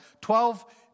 twelve